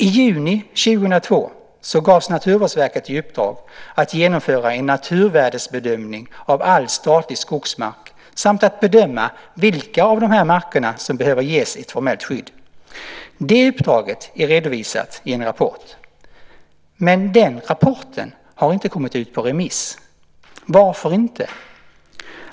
I juni 2002 gavs Naturvårdsverket i uppdrag att genomföra en naturvärdesbedömning av all statlig skogsmark och att bedöma vilka av dessa marker som behöver ges ett formellt skydd. Det uppdraget är redovisat i en rapport, men den rapporten har inte sänts ut på remiss. Varför inte?